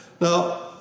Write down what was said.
Now